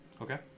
Okay